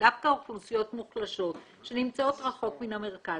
דווקא אוכלוסיות מוחלשות שנמצאות רחוק מן המרכז,